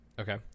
Okay